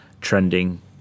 trending